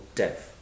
death